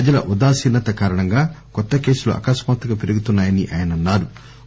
ప్రజల ఉదాసీనత కారణంగా కొత్త కేసులు అకస్మాత్తుగా పెరుగుతున్నాయని ఆయన అన్నారు